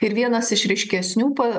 ir vienas iš ryškesnių pa